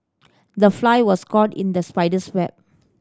the fly was caught in the spider's web